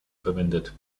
verwendet